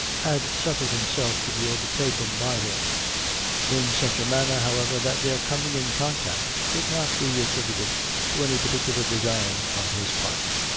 had suffered himself to be overtaken by him in such a manner, however, that their coming in contact could not be attributed to any particular design on his part.